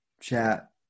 chat